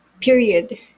Period